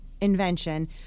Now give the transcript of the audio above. invention